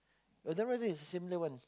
I don't know whether it's a similar one